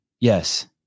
Yes